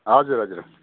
हजुर हजुर